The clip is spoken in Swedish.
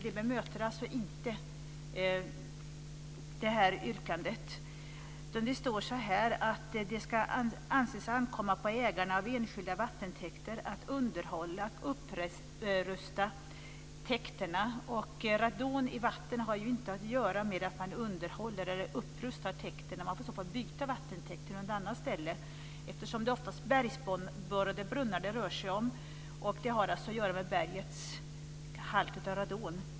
Det bemöts inte, utan det framhålls att "det i första hand anses ankomma på ägarna av enskilda vattentäkter att underhålla och upprusta täkterna". Radon i vattnet har ju inte att göra med underhåll eller upprustning av vattentäkten, utan man får i stället byta vattentäkt till något annat ställe. Det är oftast fråga om bergsborrade brunnar, och radonhalten är beroende av bergets innehåll av radon.